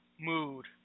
mood